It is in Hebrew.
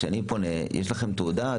שבו כשאני פונה אני רואה את התעודה.